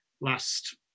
last